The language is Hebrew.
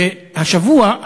והשבוע,